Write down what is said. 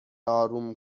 آروم